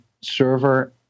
server